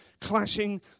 clashing